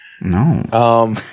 no